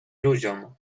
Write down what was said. ludziom